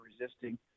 resisting